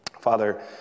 Father